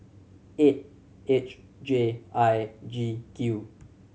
eight H J I G Q